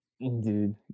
Dude